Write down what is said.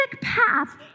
path